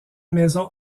maison